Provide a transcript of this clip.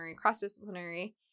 cross-disciplinary